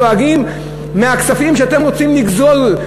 להם אתם דואגים מהכספים שאתם רוצים לגזול,